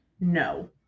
no